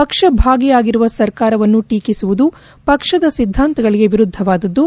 ಪಕ್ಷ ಭಾಗಿಯಾಗಿರುವ ಸರ್ಕಾರವನ್ನು ಟೀಕಿಸುವುದು ಪಕ್ಷದ ಸಿದ್ದಾಂತಗಳಿಗೆ ವಿರುದ್ದವಾದದ್ದು